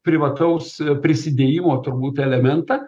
privataus prisidėjimo turbūt elementą